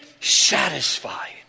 satisfied